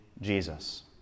Jesus